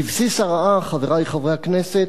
בבסיס הרעה, חברי חברי הכנסת,